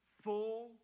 full